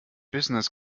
business